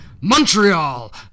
Montreal